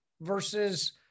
versus